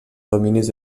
dominis